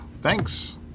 Thanks